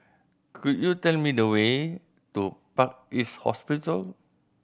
could you tell me the way to Park East Hospital